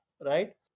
right